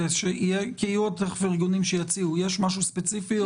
יש משהו ספציפי?